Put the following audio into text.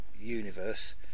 universe